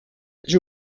j’ai